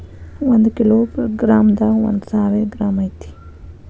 ಒಂದ kilo gram ದಾಗ ಒಂದ ಸಾವಿರ ಗ್ರಾಂ ಐತಿ